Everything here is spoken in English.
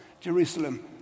Jerusalem